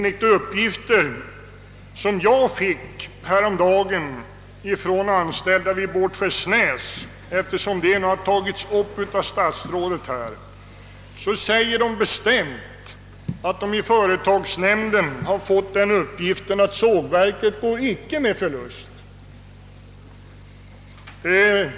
Statsrådet tog upp Båtskärsnäs, och jag vill därför nämna att enligt uppgifter som jag fick häromdagen från anställda där har företagsnämnden informerats om att sågverket icke går med förlust.